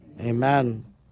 Amen